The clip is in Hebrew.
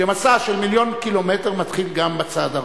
שגם מסע של מיליון קילומטר מתחיל בצעד הראשון.